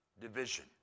Division